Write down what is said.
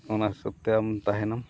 ᱚᱱᱟ ᱦᱤᱥᱟᱹᱵ ᱛᱮ ᱟᱢ ᱛᱟᱦᱮᱱᱟᱢ